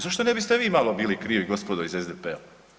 Zašto ne biste vi malo bili krivi gospodo iz SDP-a?